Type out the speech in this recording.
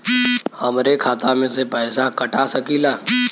हमरे खाता में से पैसा कटा सकी ला?